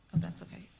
and that's okay.